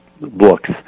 books